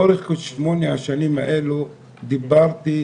לאורך שמונה השנים האלו דיברתי,